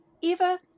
Eva